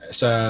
sa